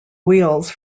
wheels